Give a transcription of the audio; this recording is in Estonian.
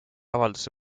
avalduse